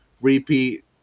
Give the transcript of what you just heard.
repeat